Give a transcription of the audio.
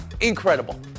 Incredible